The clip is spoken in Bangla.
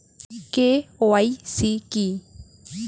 কে.ওয়াই.সি কী?